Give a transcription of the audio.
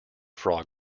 frog